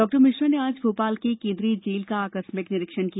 डॉ मिश्रा ने आज भोपाल के केन्द्रीय जेल का आकस्मिक निरीक्षण किया